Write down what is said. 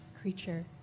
creature